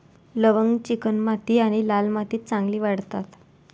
लवंग चिकणमाती आणि लाल मातीत चांगली वाढतात